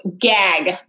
gag